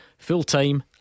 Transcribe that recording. fulltime